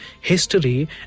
history